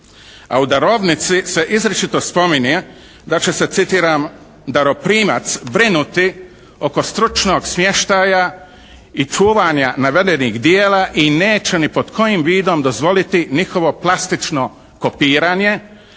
a u darovnici se izričito spominje da će se, citiram, "daroprimac brinuti oko stručnog smještaja i čuvanja navedenih dijela i neće ni pod kojim vidom dozvoliti njihovo plastično kopiranje